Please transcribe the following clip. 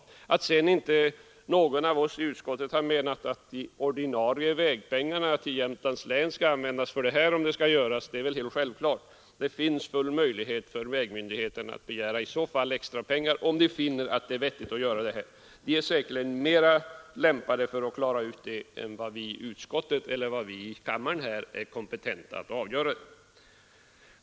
Sedan är det väl uppenbart att ingen av oss i utskottet har menat att de ordinarie vägpengarna till Jämtland skall användas för sådana undersökningar. Vägmyndigheterna har full möjlighet att begära extrapengar till det här ändamålet om de finner det vettigt. De är säkerligen mer kompetenta att avgöra det än vad vi i utskottet eller ledamöterna här i kammaren är.